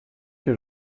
que